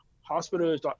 hospitals